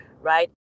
right